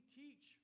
teach